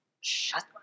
shut